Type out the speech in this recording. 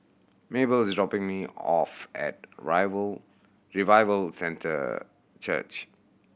Mabell is dropping me off at Revival Centre Church